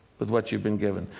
with what you've been given?